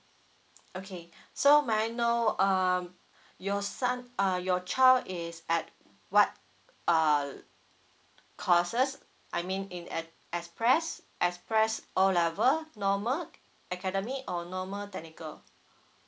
okay so may I know um your son uh your child is at what uh courses I mean in e~ express express o level normal academy or normal technical